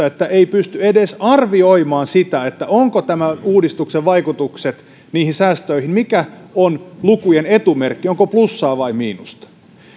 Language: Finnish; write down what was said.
että ei pysty arvioimaan edes sitä mitkä ovat tämän uudistuksen vaikutukset niihin säästöihin mikä on lukujen etumerkki onko plussaa vai miinusta